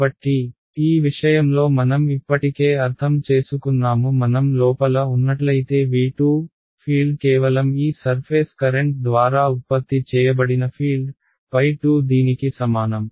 కాబట్టి ఈ విషయంలో మనం ఇప్పటికే అర్థం చేసుకున్నాము మనం లోపల ఉన్నట్లయితే V2 ఫీల్డ్ కేవలం ఈ సర్ఫేస్ కరెంట్ ద్వారా ఉత్పత్తి చేయబడిన ఫీల్డ్ 2 దీనికి సమానం